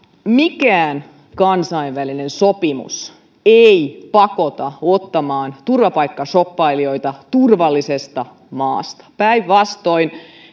mikään kansainvälinen sopimus ei pakota ottamaan turvapaikkashoppailijoita turvallisesta maasta päinvastoin